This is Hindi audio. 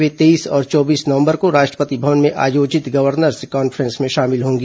वे तेईस और चौबीस नवंबर को राष्ट्रपति भवन में आयोजित गवर्नर्स कांफ्रेंस में शामिल होंगी